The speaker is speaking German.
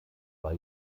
war